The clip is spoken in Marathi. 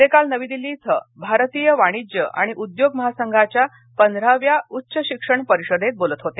ते काल नवी दिल्ली इथं भारतीय वाणिज्य आणि उद्योग महासंघाच्या पंधराव्या उच्च शिक्षण परिषदेत बोलत होते